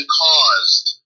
caused